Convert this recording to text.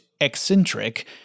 eccentric